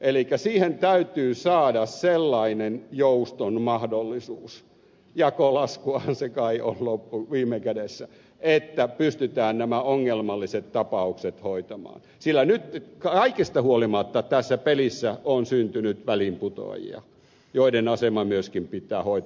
elikkä siihen täytyy saada sellainen jouston mahdollisuus jakolaskuahan se kai on viime kädessä että pystytään nämä ongelmalliset tapaukset hoitamaan sillä nyt kaikesta huolimatta tässä pelissä on syntynyt väliinputoajia joiden asema myöskin pitää hoitaa